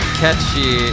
catchy